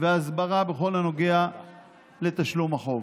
והסברה בכל הנוגע לתשלום החוב.